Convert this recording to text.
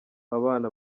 abana